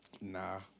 Nah